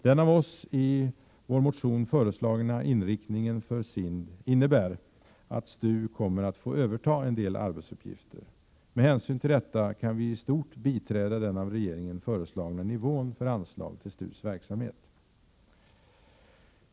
Den av oss i vår motion föreslagna inriktningen för SIND innebär att STU kommer att få överta en del arbetsuppgifter. Med hänsyn till detta kan vi i stort biträda den av regeringen föreslagna nivån för anslag till STU:s verksamhet.